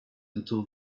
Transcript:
into